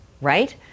right